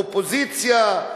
אופוזיציה,